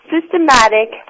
Systematic